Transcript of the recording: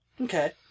Okay